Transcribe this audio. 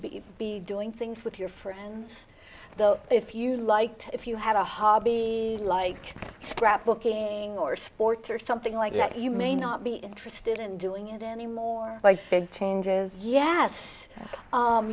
be be doing things with your friends though if you liked if you had a hobby like scrapbooking or sports or something like that you may not be interested in doing it anymore by big changes yes